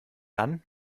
dann